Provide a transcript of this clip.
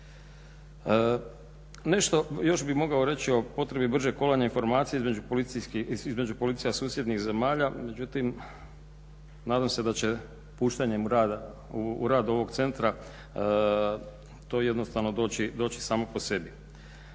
Nešto bih još mogao reći o potrebi bržeg kolanja informacija između policija susjednih zemalja, međutim nadam se da će puštanjem u rad ovog centra to jednostavno doći samo po sebi.